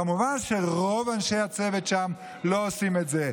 כמובן שרוב אנשי הצוות שם לא עושים את זה,